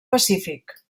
pacífic